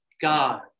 God